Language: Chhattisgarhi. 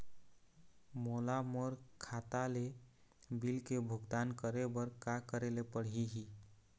मोला मोर खाता ले बिल के भुगतान करे बर का करेले पड़ही ही?